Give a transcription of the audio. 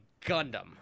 Gundam